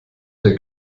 der